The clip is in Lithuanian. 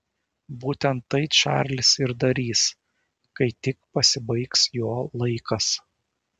būtent tai čarlis ir darys kai tik pasibaigs jo laikas